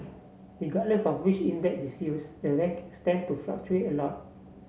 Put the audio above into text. regardless of which index is use the rank tend to fluctuate a lot